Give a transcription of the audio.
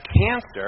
cancer